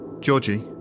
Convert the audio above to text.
Georgie